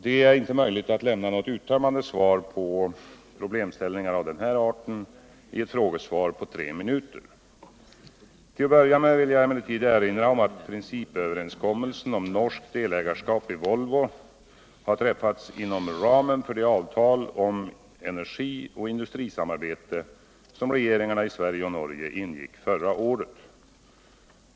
Det är inte möjligt att lämna något uttömmande svar på problemställningar av den här arten i ett frågesvar på tre minuter. Till att börja med vill jag emellertid erinra om att principöverenskommelsen om norskt delägarskap i Volvo har träffats inom ramen för det avtal om energioch industrisamarbete som regeringarna i Sverige och Norge ingick förra året.